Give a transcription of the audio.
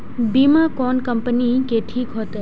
बीमा कोन कम्पनी के ठीक होते?